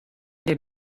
ere